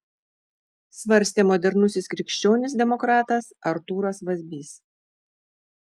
svarstė modernusis krikščionis demokratas artūras vazbys